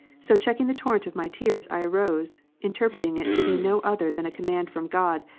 so checking the torrent of my tears, i arose interpreting it to be no other than a command from god,